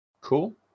Cool